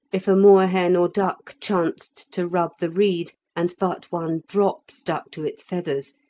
if a moorhen or duck chanced to rub the reed, and but one drop stuck to its feathers,